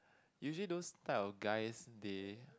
usually those type of guys they